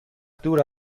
دور